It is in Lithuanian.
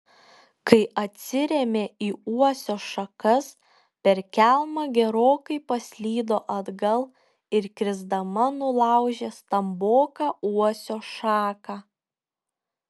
kai atsirėmė į uosio šakas per kelmą gerokai paslydo atgal ir krisdama nulaužė stamboką uosio šaką